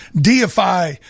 deify